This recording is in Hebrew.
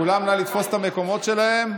כולם, נא לתפוס את המקומות שלהם.